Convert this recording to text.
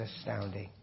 astounding